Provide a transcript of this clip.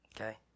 Okay